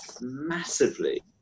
massively